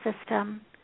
system